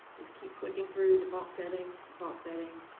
just keep clicking through, default settings, default settings,